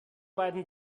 beiden